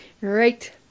Right